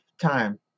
time